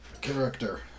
character